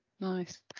nice